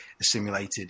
assimilated